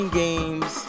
games